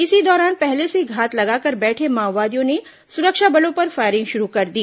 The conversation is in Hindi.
इसी दौरान पहले से घात लगाकर बैठे माओवादियों ने सुरक्षा बलों पर फायरिंग शुरू कर दी